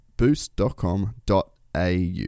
Boost.com.au